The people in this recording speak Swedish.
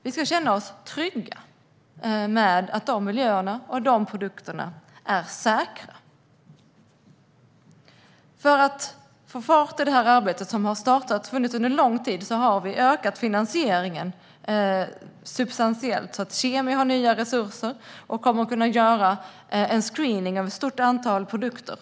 Vi ska känna oss trygga med att de miljöerna och produkterna är säkra. För att få fart på det här arbetet som har startats, och som har funnits under lång tid, har vi ökat finansieringen substantiellt. Kemikalieinspektionen har nya resurser och kommer att kunna göra en screening av ett stort antal produkter.